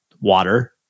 water